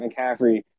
McCaffrey